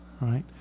Right